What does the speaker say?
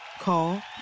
Call